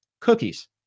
cookies